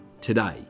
today